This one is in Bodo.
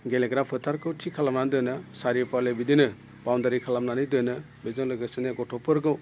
गेलेग्रा फोथारखौ थिग खालामनानै दोनो सारिय'फाले बिदिनो बावन्दारि खालामनानै दोनो बेजों लोगोसेनो गथ'फोरखौ